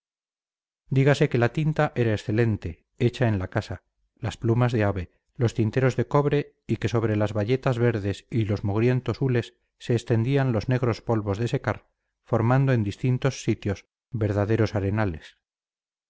dígase que la tinta era excelente hecha en la casa las plumas de ave los tinteros de cobre y que sobre las bayetas verdes y los mugrientos hules se extendían los negros polvos de secar formando en algunos sitios verdaderos arenales